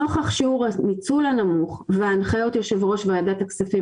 נוכח שיעור הניצול הנמוך והנחיות יו"ר ועדת הכספים